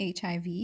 HIV